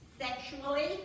sexually